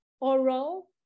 oral